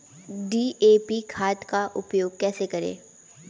DAP खाद का उपयोग कैसे करें?